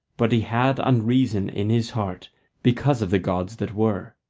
but he had unreason in his heart because of the gods that were.